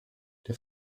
der